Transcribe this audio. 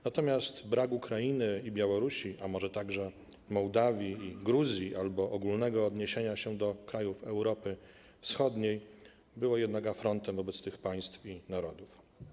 Natomiast brak Ukrainy i Białorusi, a może także Mołdawii i Gruzji albo ogólnego odniesienia się do krajów Europy Wschodniej był jednak afrontem wobec tych państw i narodów.